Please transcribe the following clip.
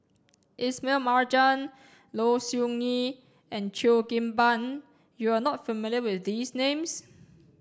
Ismail Marjan Low Siew Nghee and Cheo Kim Ban you are not familiar with these names